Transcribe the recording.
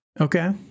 Okay